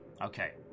Okay